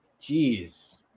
Jeez